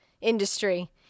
industry